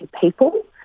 people